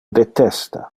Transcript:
detesta